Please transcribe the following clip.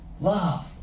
love